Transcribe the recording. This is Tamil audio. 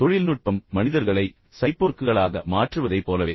பொதுவாக தொழில்நுட்பம் மனிதர்களை சைபோர்க்குகளாக மாற்றுவதைப் போலவே